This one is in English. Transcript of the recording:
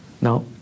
Now